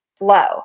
low